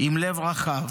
עם לב רחב.